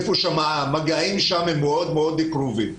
היכן שהמגעים שם מאוד מאוד קרובים.